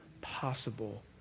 possible